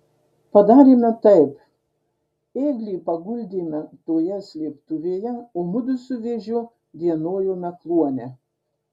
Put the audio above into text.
padarėme taip ėglį paguldėme toje slėptuvėje o mudu su vėžiu dienojome kluone